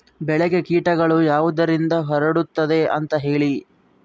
ಬೆಳೆಗೆ ಕೇಟಗಳು ಯಾವುದರಿಂದ ಹರಡುತ್ತದೆ ಅಂತಾ ಹೇಳಿ?